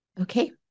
Okay